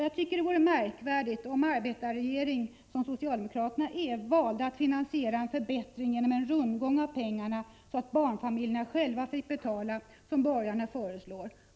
Jag tycker det vore märkligt om den arbetarregering som den socialdemokratiska regeringen är valde att finansiera en förbättring genom en rundgång av pengar, så att barnfamiljerna själva fick betala, vilket är vad borgarna föreslår.